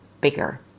bigger